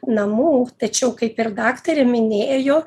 namų tačiau kaip ir daktarė minėjo